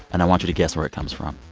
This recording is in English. and i want you to guess where it comes from